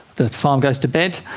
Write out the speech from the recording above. the farmer goes to bed,